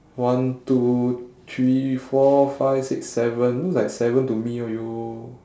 one two three four five six seven look like seven to me !aiyo!